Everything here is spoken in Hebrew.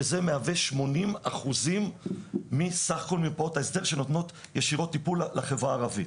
שזה מהווה 80% מסך כל מרפאות ההסדר שנותנות ישירות טיפול לחברה הערבית.